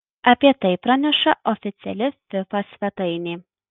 apie tai praneša oficiali fifa svetainė